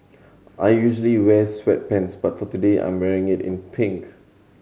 I usually wear sweatpants but for today I'm wearing it in pink